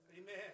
Amen